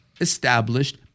established